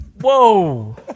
Whoa